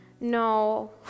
no